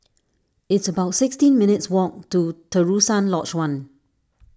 it's about sixteen minutes' walk to Terusan Lodge one